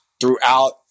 throughout